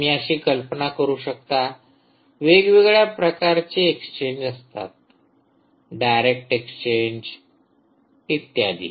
तुम्ही अशी कल्पना करू शकता वेगवेगळ्या प्रकारचे एक्सचेंज असतात डायरेक्ट एक्सचेंज इत्यादी